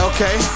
Okay